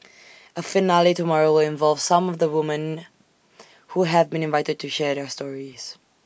A finale tomorrow will involve some of the women who have been invited to share their stories